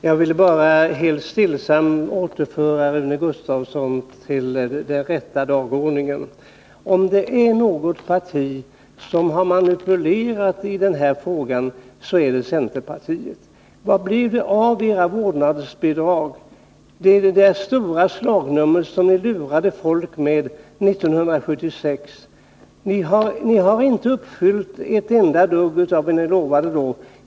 Herr talman! Jag vill bara helt stillsamt återföra Rune Gustavsson till den rätta dagordningen. Om det är något parti som har manipulerat i den här frågan, så är det centerpartiet. Vad blev det av era vårdnadsbidrag? De var ju det stora slagnummer som ni lurade folk med 1976. Ni har inte uppfyllt ett dugg av det ni lovade då.